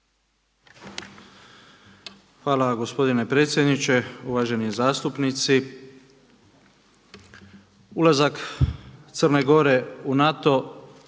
vam gospodine predsjedniče. Uvaženi zastupnici ulazak Crne Gore u NATO